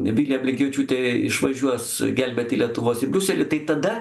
vilija blinkevičiūtė išvažiuos gelbėti lietuvos į briuselį tai tada